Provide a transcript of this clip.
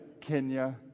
Kenya